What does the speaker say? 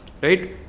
right